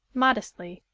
modestly,